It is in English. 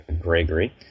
Gregory